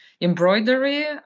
embroidery